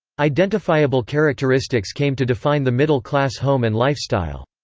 identifiable characteristics came to define the middle class home and lifestyle.